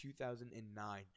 2009